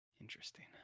Interesting